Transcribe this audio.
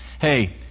hey